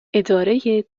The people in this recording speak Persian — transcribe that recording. اداره